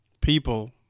people